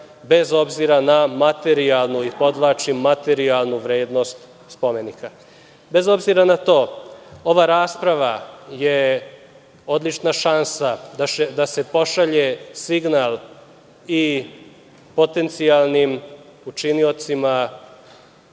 bez obzira na materijalnosti vrednost spomenika. Bez obzira na to, ova rasprava je odlična šansa da se pošalje signal i potencijalnim učiniocima